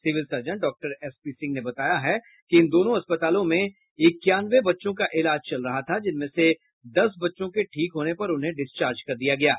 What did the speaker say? civil surgeon doctor S P Singh ने बताया है कि इन दोनों अस्पतालों में इक्यानवे बच्चों का इलाज चल रहा था जिनमें से दस बच्चों के ठीक होने पर उन्हें डिस्चार्ज कर दिया गया है